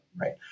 right